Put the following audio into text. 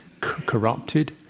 corrupted